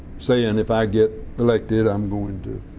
saying if i get elected i'm going to